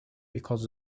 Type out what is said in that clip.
because